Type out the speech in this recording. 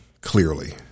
clearly